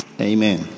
Amen